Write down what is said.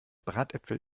bratäpfel